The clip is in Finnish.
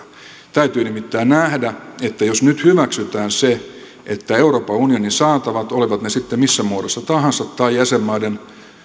täytyy nimittäin nähdä että jos nyt hyväksytään se että euroopan unionin saatavilla olivat ne sitten missä muodossa tahansa tai jäsenmaiden